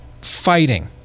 fighting